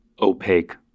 opaque